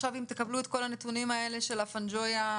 תקבלו את כל הנתונים האלה של הפנג'ויה?